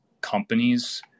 companies